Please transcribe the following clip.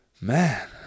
man